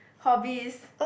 hobbies